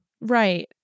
Right